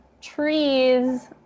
trees